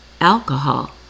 alcohol